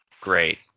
Great